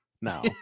no